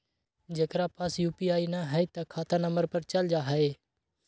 जेकरा पास यू.पी.आई न है त खाता नं पर चल जाह ई?